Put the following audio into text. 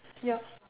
yup